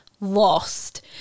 lost